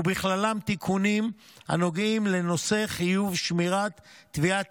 ובכללם תיקונים הנוגעים לנושא חיוב שמירת טביעות